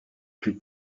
plus